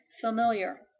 familiar